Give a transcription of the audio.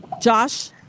Josh